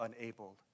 unable